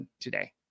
today